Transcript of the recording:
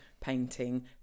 painting